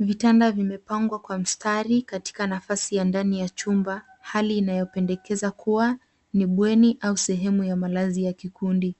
Vitanda vimepangwa mstari katika nafasi ya ndani ya chumba, hali inayopendekeza kuwa ni bweni au sehemu ya malazi ya kikundi.